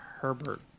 Herbert